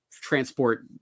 transport